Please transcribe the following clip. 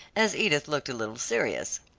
as edith looked a little serious.